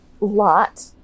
lot